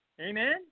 Amen